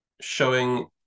showing